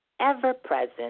ever-present